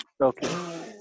Okay